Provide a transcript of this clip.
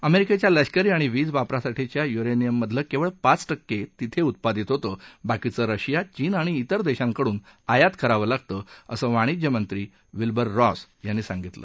अमेरिकेच्या लष्करी आणि वीज वापरासाठीच्या युरेनियममधलं केवळ पाच टक्के तिथे उत्पादित होतं बाकीचं रशिया चीन आणि आणि त्रेर देशांकडून आयात करावं लागतं असं वाणिज्य मंत्री विल्बर रॉस यांनी सांगितलं